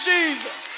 Jesus